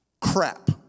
Crap